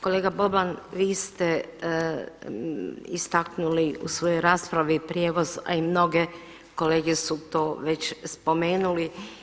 Kolega Boban vi ste istaknuli u svojoj raspravi prijevoz a i mnoge kolege su to već spomenuli.